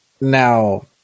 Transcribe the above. Now